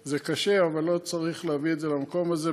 זה קשה, אבל לא צריך להביא את זה למקום הזה.